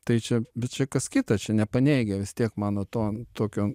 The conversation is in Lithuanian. tai čia bet čia kas kita čia nepaneigia vis tiek mano to tokio